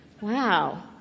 wow